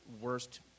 worst